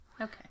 Okay